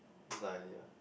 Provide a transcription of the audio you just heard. die already ah